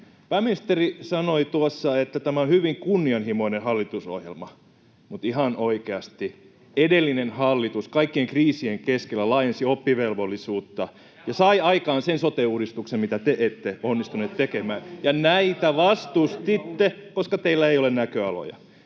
Pääministeri sanoi tuossa, että tämä on hyvin kunnianhimoinen hallitusohjelma, mutta ihan oikeasti, edellinen hallitus kaikkien kriisien keskellä laajensi oppivelvollisuutta [Sebastian Tynkkynen: Velalla!] ja sai aikaan sen sote-uudistuksen, mitä te ette onnistuneet tekemään. [Ben Zyskowicz: Loistava uudistus!] Ja näitä vastustitte, koska teillä ei ole näköaloja.